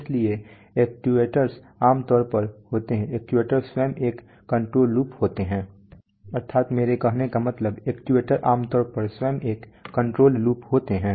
इसलिए एक्ट्यूएटर्स आमतौर पर स्वयं एक कंट्रोल लूप होते हैं